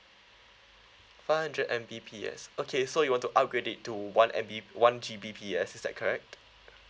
five hundred M_B_P_S okay so you want to upgrade it to one M_B one G_B_P_S is that correct